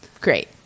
great